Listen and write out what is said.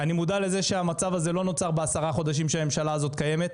אני מודע לזה שהמצב הזה לא נוצר בעשרה חודשים שהממשלה הזו קיימת,